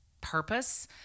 purpose